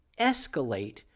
escalate